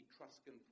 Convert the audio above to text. Etruscan